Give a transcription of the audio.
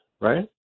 Right